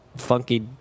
Funky